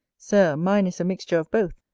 sir, mine is a mixture of both,